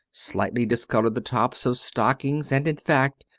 slightly discolored the tops of stockings, and in fact,